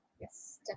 Yes